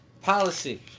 policy